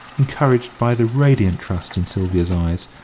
encouraged by the radiant trust in sylvia's eyes,